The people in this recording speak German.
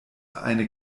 eine